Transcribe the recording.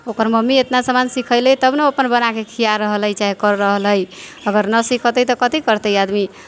ओकर मम्मी इतना समान सीखेलै तब ना अपन बना कऽ खिया रहल हइ चाहे करि रहल हइ अगर ना सिखेतै तऽ कथी करतै आदमी